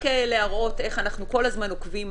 רק להראות איך אנחנו כל הזמן עוקבים,